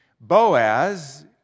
Boaz